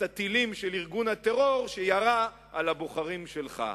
הטילים של ארגון הטרור שירה על הבוחרים שלך.